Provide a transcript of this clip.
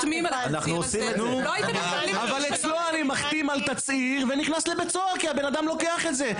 אבל אצלו אני מחתים על תצהיר ונכנס לבית סוהר כי הבן אדם לוקח את זה.